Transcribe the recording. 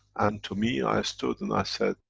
and to me i stood and i said,